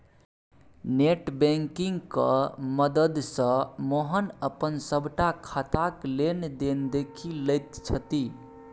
net बैंकिंगक मददिसँ मोहन अपन सभटा खाताक लेन देन देखि लैत छथि